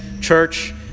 church